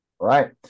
right